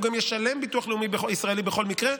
גם ישלם ביטוח לאומי ישראלי בכל מקרה,